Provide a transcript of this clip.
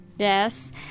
Yes